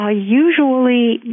usually